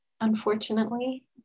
unfortunately